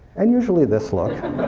and usually this look.